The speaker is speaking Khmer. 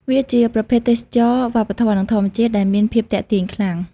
វាជាប្រភេទទេសចរណ៍វប្បធម៌ និងធម្មជាតិដែលមានភាពទាក់ទាញខ្លាំង។